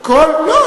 לא,